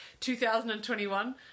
2021